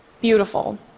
beautiful